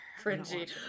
cringy